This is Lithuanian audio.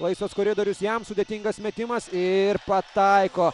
laisvas koridorius jam sudėtingas metimas ir pataiko